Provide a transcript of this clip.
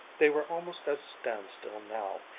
they were almost at a standstill now,